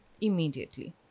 immediately